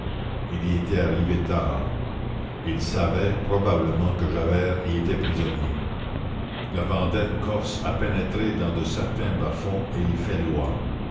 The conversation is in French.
il y était arrivé tard il savait probablement que javert y était prisonnier la vendette corse a pénétré dans de certains bas-fonds et y fait loi